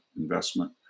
investment